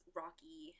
rocky